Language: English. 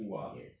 yes